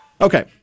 Okay